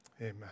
amen